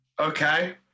Okay